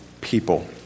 people